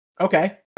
Okay